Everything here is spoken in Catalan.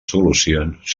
solucions